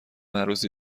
عروسی